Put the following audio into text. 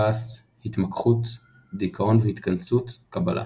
כעס, התמקחות, דכאון והתכנסות, קבלה.